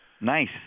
Nice